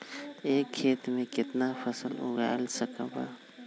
एक खेत मे केतना फसल उगाय सकबै?